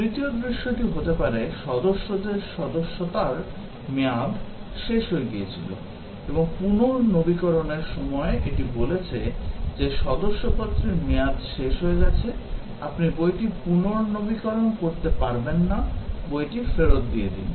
তৃতীয় দৃশ্যটি হতে পারে সদস্যের সদস্যতার মেয়াদ শেষ হয়ে গিয়েছিল এবং পুনর্নবীকরণের সময় এটি বলেছে যে সদস্যপদটির মেয়াদ শেষ হয়ে গেছে আপনি বইটি পুনর্নবীকরণ করতে পারবেন না বইটি ফেরত দিয়ে দিন